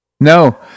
No